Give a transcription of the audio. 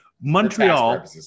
Montreal